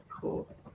Cool